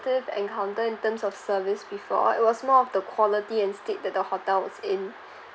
~tive encounter in terms of service before it was more of the quality and state that the hotel I was in